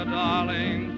darling